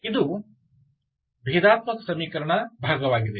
ಇದು ಭೇದಾತ್ಮಕ ಸಮೀಕರಣ ಭಾಗವಾಗಿದೆ